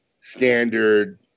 standard